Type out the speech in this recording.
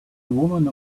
woman